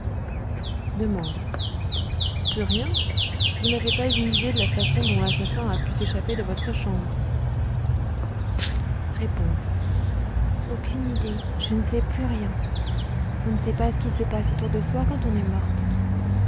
plus rien vous n'avez pas une idée de la façon dont l'assassin a pu s'échapper de votre chambre r aucune idée je ne sais plus rien on ne sait pas ce qui se passe autour de soi quand on est morte